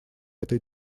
этой